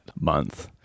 month